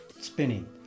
spinning